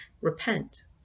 repent